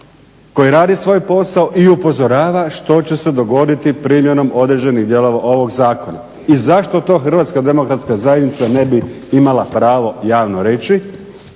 koji radi svoj posao i upozorava što će se dogoditi primjenom određenih dijelova ovog zakona. I zašto to HDZ ne bi imala pravo javno reći